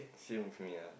same with me ah